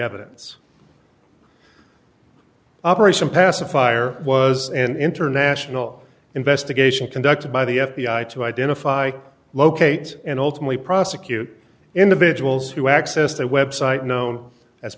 evidence operation pacifier was an international investigation conducted by the f b i to identify locate and ultimately prosecute individuals who accessed a website known as